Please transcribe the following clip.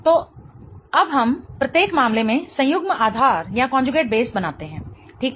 तो अब हम प्रत्येक मामले में संयुग्म आधार बनाते हैं ठीक है